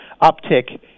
uptick